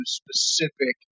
specific